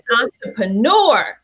entrepreneur